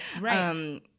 Right